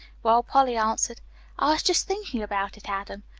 while polly answered i was just thinking about it, adam.